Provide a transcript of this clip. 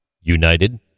United